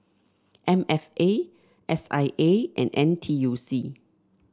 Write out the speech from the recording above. M F A S I A and N T U C